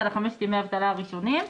על חמשת ימי האבטלה הראשונים,